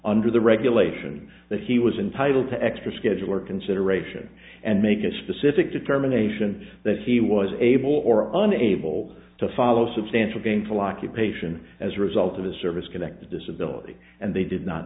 under the regulation that he was entitled to extra schedule or consideration and make a specific determination that he was able or unable to follow substantial gainful occupation as a result of a service connected disability and they did not